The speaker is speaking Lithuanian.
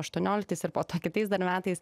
aštuonioliktais ir po to kitais dar metais